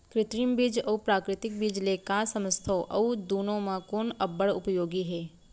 कृत्रिम बीज अऊ प्राकृतिक बीज ले का समझथो अऊ दुनो म कोन अब्बड़ उपयोगी हे?